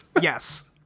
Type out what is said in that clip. Yes